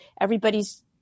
everybody's